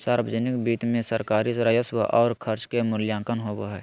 सावर्जनिक वित्त मे सरकारी राजस्व और खर्च के मूल्यांकन होवो हय